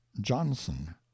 Johnson